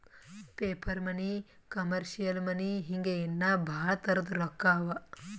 paper money, commercial money ಹಿಂಗೆ ಇನ್ನಾ ಭಾಳ್ ತರದ್ ರೊಕ್ಕಾ ಅವಾ